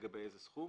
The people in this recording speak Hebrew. לגבי הסכום.